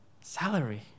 salary